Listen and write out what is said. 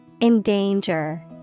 Endanger